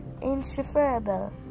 insufferable